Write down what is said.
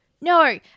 No